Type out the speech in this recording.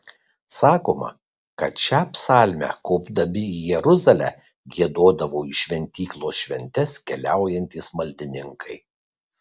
sakoma kad šią psalmę kopdami į jeruzalę giedodavo į šventyklos šventes keliaujantys maldininkai